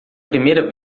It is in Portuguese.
primeira